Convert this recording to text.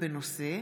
בבקשה,